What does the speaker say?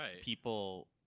people –